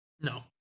no